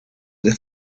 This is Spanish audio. del